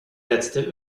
letzte